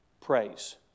praise